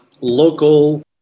local